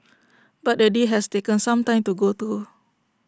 but the deal has taken some time to go through